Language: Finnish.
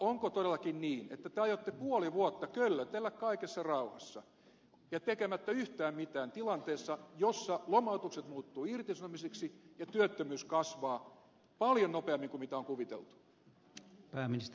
onko todellakin niin että te aiotte puoli vuotta köllötellä kaikessa rauhassa tekemättä yhtään mitään tilanteessa jossa lomautukset muuttuvat irtisanomisiksi ja työttömyys kasvaa paljon nopeammin kuin mitä on kuviteltu